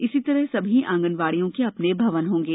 इसी तरह सभी आंगनवाड़ियों के अपने भवन होंगे